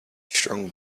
strong